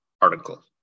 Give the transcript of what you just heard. article